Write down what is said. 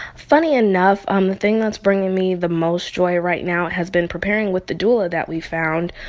funny enough, um the thing that's bringing me the most joy right now has been preparing with the doula that we found.